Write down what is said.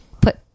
put